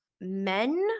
men